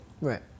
Right